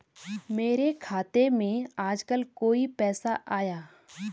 मेरे खाते में आजकल कोई पैसा आया?